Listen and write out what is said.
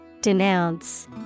Denounce